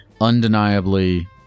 Undeniably